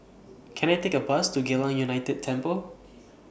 Can I Take A Bus to Geylang United Temple